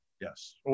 Yes